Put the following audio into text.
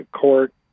court